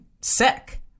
sick